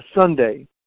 Sunday